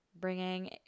bringing